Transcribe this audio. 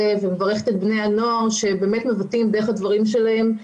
ומברכת את בני הנוער שבאמת מבטאים דרך הדברים שלהם,